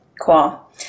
Cool